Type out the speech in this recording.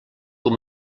com